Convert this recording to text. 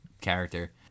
character